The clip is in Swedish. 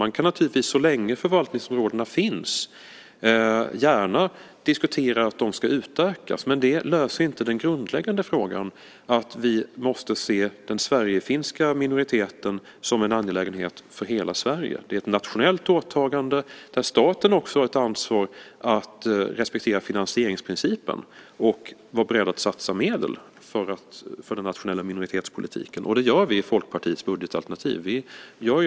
Man kan naturligtvis så länge som förvaltningsområdena finns gärna diskutera att de ska utökas, men det löser inte den grundläggande frågan att vi måste se den sverigefinska minoriteten som en angelägenhet för hela Sverige. Det är ett nationellt åtagande där staten också har ett ansvar att respektera finansieringsprincipen och vara beredd att satsa medel för den nationella minoritetspolitiken. Det gör vi i Folkpartiets budgetalternativ.